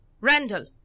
Randall